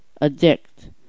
addict